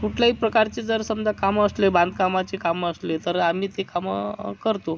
कुठल्याही प्रकारची जर समजा कामं असले बांधकामाची कामं असले तर आम्ही ती कामं करतो